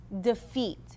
defeat